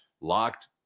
locked